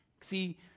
See